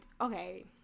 okay